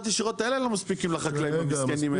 הישירות האלה לא מספיקות לחקלאים המסכנים.